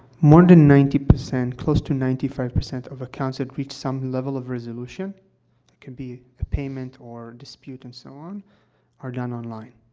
more than ninety percent close to ninety five percent of accounts have reached some level of resolution it can be a payment or dispute and so on are done online.